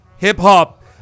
Hip-hop